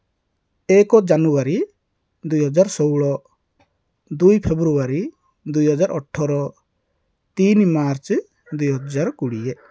ଏକ ଜାନୁଆରୀ ଦୁଇ ହଜାର ଷୋହଳ ଦୁଇ ଫେବୃୟାରୀ ଦୁଇ ହଜାର ଅଠର ତିନି ମାର୍ଚ୍ଚ ଦୁଇ ହଜାର କୋଡ଼ିଏ